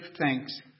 thanks